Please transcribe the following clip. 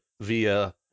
via